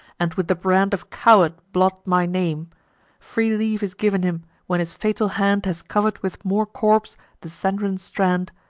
and with the brand of coward blot my name free leave is giv'n him, when his fatal hand has cover'd with more corps the sanguine strand,